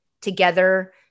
together